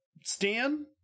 Stan